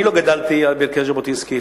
אני לא גדלתי על ברכי ז'בוטינסקי,